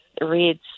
reads